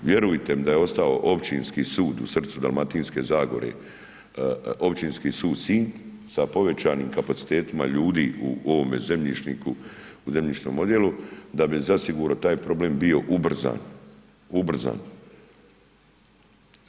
Vjerujte mi da je ostao Općinski sud u srcu Dalmatinske zagore, Općinski sud Sinj sa povećanim kapacitetima ljudi u ovome zemljišniku, zemljišnom odjelu da bi zasigurno taj problem bio ubrzan, ubrzan.